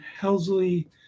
Helsley